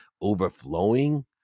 overflowing